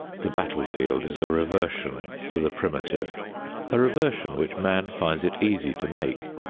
the battlefield is a reversion to the primitive a reversion which man finds it easy to make,